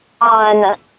on